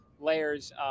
layers